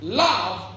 love